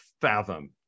fathom